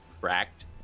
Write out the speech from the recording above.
cracked